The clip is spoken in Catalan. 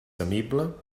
temible